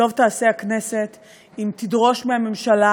שטוב תעשה הכנסת אם תדרוש מהממשלה,